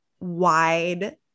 wide